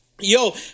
Yo